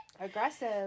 Aggressive